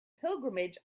pilgrimage